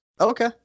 Okay